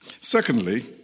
Secondly